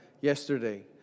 yesterday